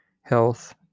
health